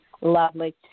lovely